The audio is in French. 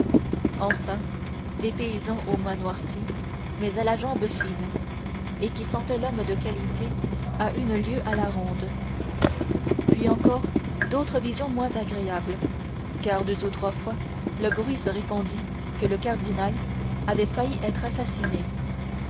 enfin des paysans aux mains noircies mais à la jambe fine et qui sentaient l'homme de qualité à une lieue à la ronde puis encore d'autres visites moins agréables car deux ou trois fois le bruit se répandit que le cardinal avait failli être assassiné